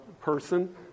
person